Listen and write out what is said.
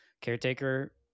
Caretaker